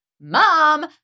mom